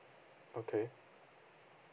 okay